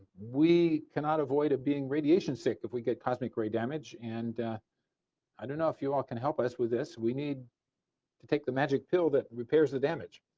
we cannot avoid being radiation sick if we get cosmic ray damage and i don't know if you all have help us with this, we need to take the magic pill that repairs the damage.